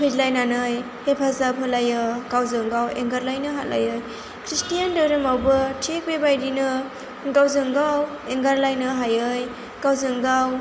फैज्लायनानै हेफाजाब होलायो गावजों गाव एंगारलायनो हालायै खृष्टियान धोरोमावबो थिख बेबायदिनो गावजों गाव एंगारलायनो हायै गावजों गाव